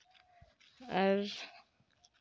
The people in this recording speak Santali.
ᱟᱨ